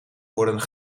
worden